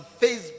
Facebook